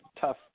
Tough